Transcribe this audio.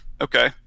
okay